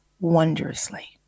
wondrously